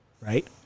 Right